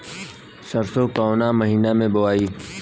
सरसो काउना महीना मे बोआई?